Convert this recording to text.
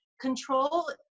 control